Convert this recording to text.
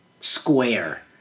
square